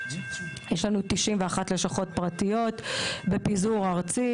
יש לנו 91 לשכות פרטיות בפיזור ארצי.